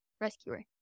Rescuer